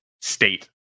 state